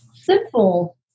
simple